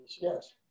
Yes